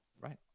Right